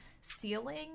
ceiling